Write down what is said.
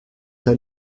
t’a